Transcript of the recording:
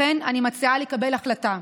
לכן, אני מציעה לקבל החלטה: